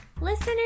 Listener